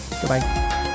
Goodbye